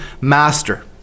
master